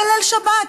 זה היה בליל שבת.